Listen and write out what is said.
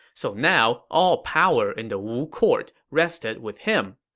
so now, all power in the wu court rested with him.